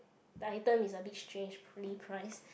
item is a bit strangely priced